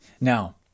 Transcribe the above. Now